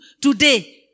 today